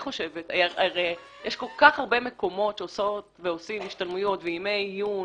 הרי יש כל כך הרבה מקומות שעושות ועושים השתלמויות וימי עיון,